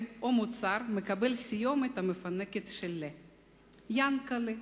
או מוצר מקבל סיומת מפנקת של 'לה':// יענקל'ה,